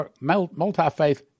multi-faith